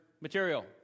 material